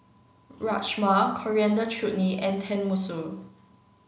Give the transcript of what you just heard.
Rajma Coriander Chutney and Tenmusu